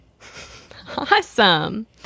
Awesome